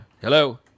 Hello